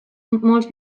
molts